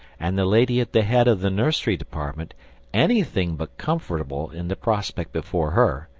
and the lady at the head of the nursery department anything but comfortable in the prospect before her,